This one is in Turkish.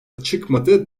çıkmadı